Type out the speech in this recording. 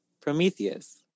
Prometheus